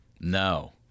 No